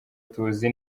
tuzi